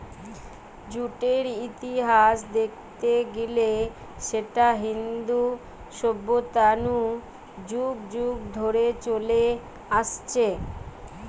জুটের ইতিহাস দেখতে গিলে সেটা ইন্দু সভ্যতা নু যুগ যুগ ধরে চলে আসছে